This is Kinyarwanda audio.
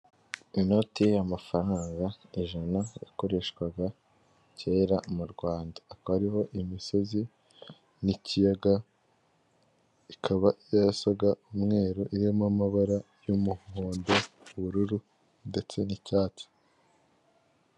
Inoti y'amafaranga ijana yakoreshwaga kera mu Rwanda, akaba ariho imisozi n'ikiyaga, ikaba yarasaga umweru, irimo amabara y'umuhondo, ubururu ndetse n'icyatsi.